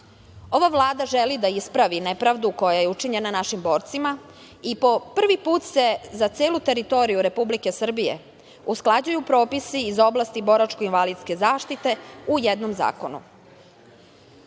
Ova Vlada želi da ispravi nepravdu koja je učinjena našim borcima i po prvi put se za celu teritoriju Republike Srbije usklađuju propisi iz oblasti boračko-invalidske zaštite u jednom zakonu.„Sretni